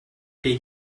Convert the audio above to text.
they